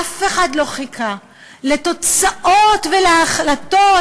אף אחד לא חיכה לתוצאות ולהחלטות